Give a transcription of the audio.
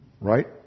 Right